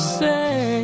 say